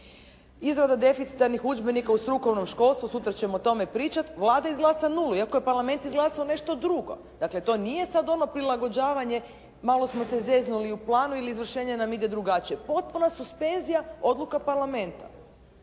Izrada deficitarnih udžbenika u strukovnom školstvu, sutra ćemo o tome pričati, Vlada izglasa nulu iako je Parlament izglasao nešto drugo. Dakle to nije sada ono prilagođavanje malo smo se zeznuli u planu ili izvršenje nam ide drugačije. Potpuna suspenzija odluka Parlamenta.